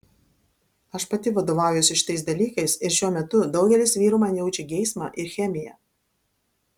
aš pati vadovaujuosi šitais dalykais ir šiuo metu daugelis vyrų man jaučia geismą ir chemiją